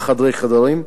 "בחדרי חרדים",